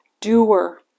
doer